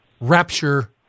Rapture